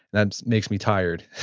that makes me tired.